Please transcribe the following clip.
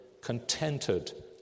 contented